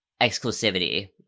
exclusivity